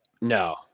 No